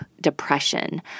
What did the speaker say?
depression